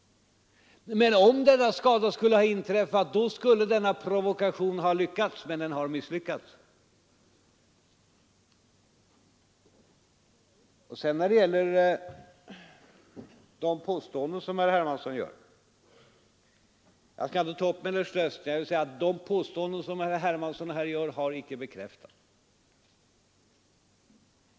Om denna skada skulle ha inträffat, då skulle provokationen ha lyckats, men den har misslyckats. Jag skall inte ta upp Mellersta Östern, men jag vill säga att de påståenden som herr Hermansson här gör har icke bekräftats.